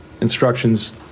instructions